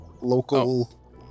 local